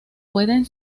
pueden